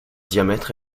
diamètre